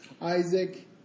Isaac